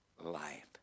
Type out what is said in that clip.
life